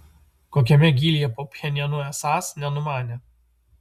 kokiame gylyje po pchenjanu esąs nenumanė